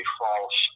false